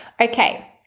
Okay